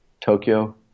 Tokyo